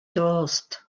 dost